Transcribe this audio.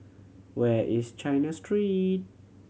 where is China Street